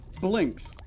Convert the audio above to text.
blinks